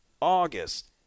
August